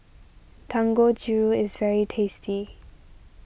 Dangojiru is very tasty